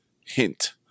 hint